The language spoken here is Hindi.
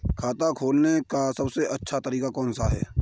खाता खोलने का सबसे अच्छा तरीका कौन सा है?